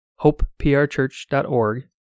hopeprchurch.org